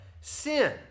sin